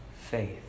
faith